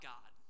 God